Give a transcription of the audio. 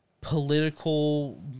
political